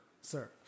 sir